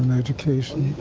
and education.